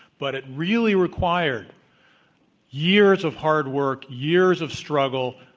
but it really required years of hard work, years of struggle,